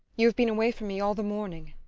you have been away from me all the morning.